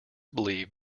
believe